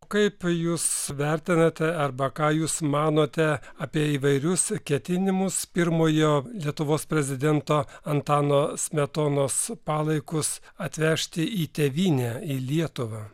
kaip jūs vertinate arba ką jūs manote apie įvairius ketinimus pirmojo lietuvos prezidento antano smetonos palaikus atvežti į tėvynę į lietuvą